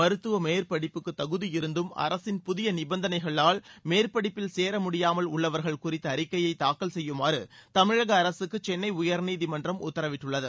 மருத்துவ மேற்படிப்புக்கு தகுதியிருந்தும் அரசின் புதிய நிபந்தனைகளால் மேற்படிப்பில் சேர முடியாமல் உள்ளவர்கள் குறித்த அறிக்கையை தாக்கல் செய்யுமாறு தமிழக அரசுக்கு சென்னை உயர்நீதிமன்றம் உத்தரவிட்டுள்ளது